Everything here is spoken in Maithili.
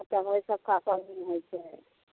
एतऽ बैशाखा पाबनि होइ छै